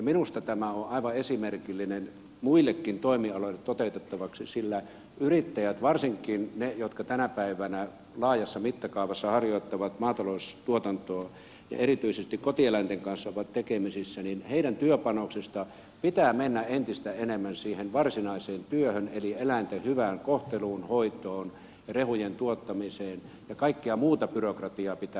minusta tämä on aivan esimerkillinen muillekin toimialoille toteutettavaksi sillä yrittäjien varsinkin niiden jotka tänä päivänä laajassa mittakaavassa harjoittavat maataloustuotantoa ja erityisesti kotieläinten kanssa ovat tekemisissä työpanoksesta pitää mennä entistä enemmän siihen varsinaiseen työhön eli eläinten hyvään kohteluun hoitoon ja rehujen tuottamiseen ja kaikkea muuta byrokratiaa pitää vähentää